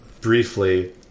briefly